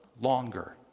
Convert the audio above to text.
longer